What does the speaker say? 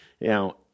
Now